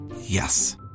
Yes